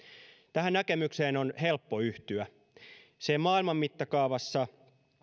tähän näkemykseen on helppo yhtyä se maailman mittakaavassa